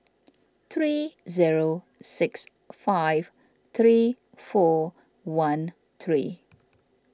three zero six five three four one three